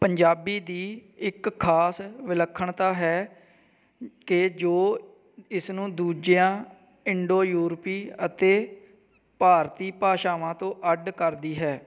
ਪੰਜਾਬੀ ਦੀ ਇੱਕ ਖਾਸ ਵਿਲੱਖਣਤਾ ਹੈ ਕਿ ਜੋ ਇਸ ਨੂੰ ਦੂਜਿਆਂ ਇੰਡੋ ਯੂਰਪੀ ਅਤੇ ਭਾਰਤੀ ਭਾਸ਼ਾਵਾਂ ਤੋਂ ਅੱਡ ਕਰਦੀ ਹੈ